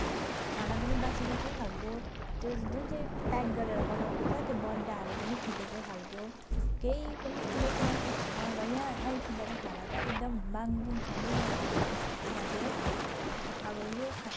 र खाना पनि बासी बासी खालको त्यस जुन चाहिँ प्याक गरेर पठाउनु भएको छ त्यो बट्टाहरू पनि फुटेको खालको केही पनि कुनै कुरा पनि ठिक छैन र यहाँ आइपुग्दा त खाँदा त एकदम बाङबुङ खानै नहुने खालको स्थितिमा थियो अब यो